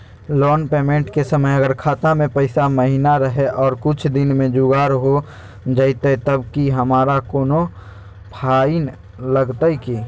Loan payment के समय अगर खाता में पैसा महिना रहै और कुछ दिन में जुगाड़ हो जयतय तब की हमारा कोनो फाइन लगतय की?